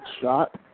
Shot